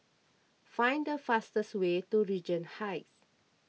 find the fastest way to Regent Heights